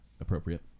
appropriate